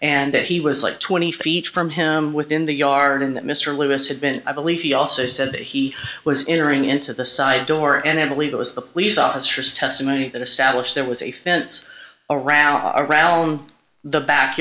and that he was like twenty feet from him within the yard and that mr lewis had been i believe he also said that he was in or in the into the side door and i believe it was the police officers testimony that establish there was a fence around around the back